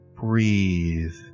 breathe